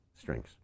strings